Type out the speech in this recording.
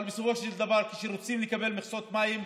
אבל בסופו של דבר, כשרוצים לקבל מכסות מים,